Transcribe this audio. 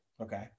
Okay